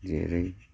जेरै